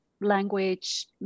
language